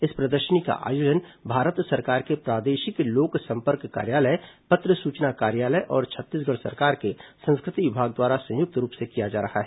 इस प्रदर्शनी का आयोजन भारत सरकार के प्रादेशिक लोकसंपर्क कार्यालय पत्र सूचना कार्यालय और छत्तीसगढ़ सरकार के संस्कृति विभाग द्वारा संयुक्त रूप से किया जा रहा है